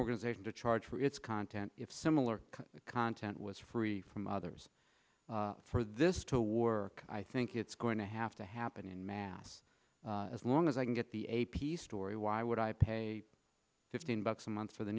organization to charge for its content if similar content was free from others for this to war i think it's going to have to happen in mass as long as i can get the a p story why would i pay fifteen bucks a month for the